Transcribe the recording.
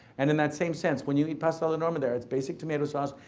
and in that same sense, when you eat pasta alla norma there, it's basic tomato sauce,